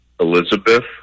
Elizabeth